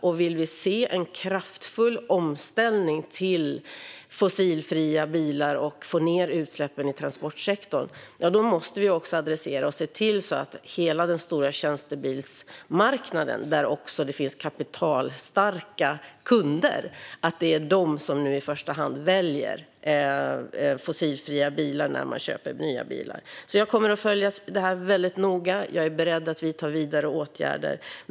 Om vi vill se en kraftfull omställning till fossilfria bilar och få ned utsläppen i transportsektorn måste vi adressera och se till att det är hela den stora tjänstebilsmarknaden med kapitalstarka kunder som nu i första hand väljer fossilfria bilar när de köper nya bilar. Jag kommer att följa detta väldigt noga och är beredd att vidta vidare åtgärder.